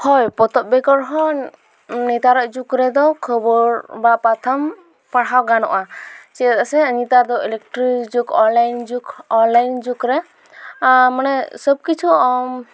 ᱦᱳᱭ ᱯᱚᱛᱚᱵ ᱵᱮᱜᱚᱨ ᱦᱚᱸ ᱱᱮᱛᱟᱨᱟᱜ ᱡᱩᱜᱽ ᱨᱮᱫᱚ ᱠᱷᱚᱵᱚᱨ ᱵᱟ ᱯᱟᱛᱷᱟᱢ ᱯᱟᱲᱦᱟᱣ ᱜᱟᱱᱚᱜᱼᱟ ᱪᱮᱫᱟᱜ ᱥᱮ ᱱᱮᱛᱟᱨ ᱫᱚ ᱤᱞᱮᱠᱴᱨᱤᱠ ᱡᱩᱜᱽ ᱚᱱᱞᱟᱭᱤᱱ ᱡᱩᱜᱽ ᱚᱱᱞᱟᱭᱤᱱ ᱡᱩᱜᱽ ᱨᱮ ᱢᱟᱱᱮ ᱥᱚᱵᱠᱤᱪᱷᱩ